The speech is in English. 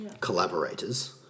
collaborators